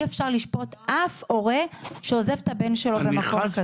אי אפשר לשפוט אף הורה שעוזב את הבן שלו במקום כזה.